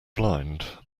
blind